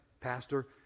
Pastor